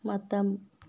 ꯃꯇꯝ